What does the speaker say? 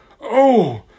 Oh